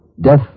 Death